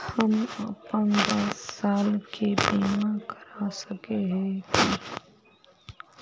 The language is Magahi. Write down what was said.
हम अपन दस साल के बीमा करा सके है की?